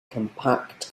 compact